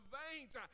veins